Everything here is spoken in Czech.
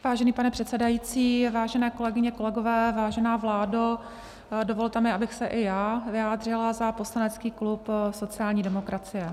Vážený pane předsedající, vážené kolegyně, kolegové, vážená vládo, dovolte mi, abych se i já vyjádřila za poslanecký klub sociální demokracie.